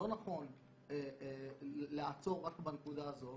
שלא נכון לעצור רק בנקודה הזו,